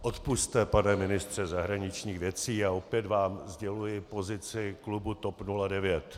Odpusťte, pane ministře zahraničních věcí, a opět vám sděluji pozici klubu TOP 09.